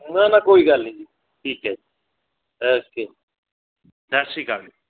ਨਾ ਨਾ ਕੋਈ ਗੱਲ ਨਹੀਂ ਜੀ ਠੀਕ ਹੈ ਓਕੇ ਸਤਿ ਸ਼੍ਰੀ ਅਕਾਲ